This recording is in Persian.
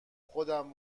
خودم